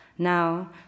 Now